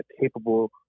capable